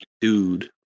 dude